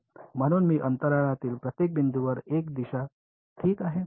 म्हणून मी अंतराळातील प्रत्येक बिंदूवर एक दिशा ठीक आहे